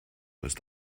hast